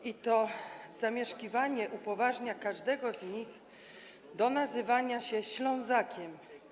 I to zamieszkiwanie upoważnia każdego z nich do nazywania się Ślązakiem.